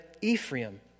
Ephraim